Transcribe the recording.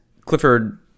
Clifford